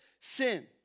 sin